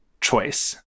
choice